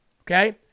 Okay